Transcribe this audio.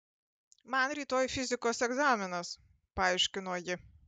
man rytoj fizikos egzaminas paaiškino ji